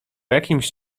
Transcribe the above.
jakimś